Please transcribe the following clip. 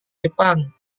jepang